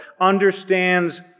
understands